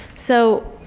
so.